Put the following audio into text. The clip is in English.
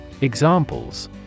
Examples